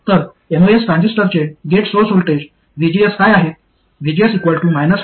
तर एमओएस ट्रान्झिस्टरचे gate source voltage vgs काय आहेत vgs VTEST 0 VTEST